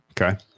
Okay